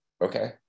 Okay